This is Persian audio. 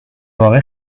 واقع